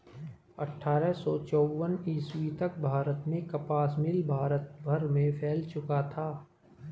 अट्ठारह सौ चौवन ईस्वी तक भारत में कपास मिल भारत भर में फैल चुका था